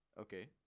Okay